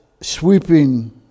sweeping